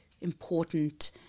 important